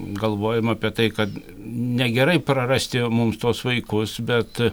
galvojam apie tai kad negerai prarasti mums tuos vaikus bet